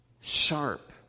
sharp